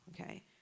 Okay